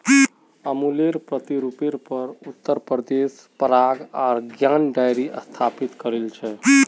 अमुलेर प्रतिरुपेर पर उत्तर प्रदेशत पराग आर ज्ञान डेरी स्थापित करील छेक